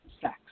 sex